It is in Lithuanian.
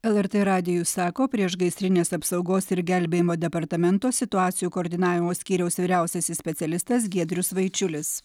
lrt radijui sako priešgaisrinės apsaugos ir gelbėjimo departamento situacijų koordinavimo skyriaus vyriausiasis specialistas giedrius vaičiulis